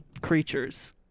creatures